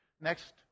Next